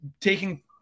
taking